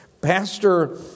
Pastor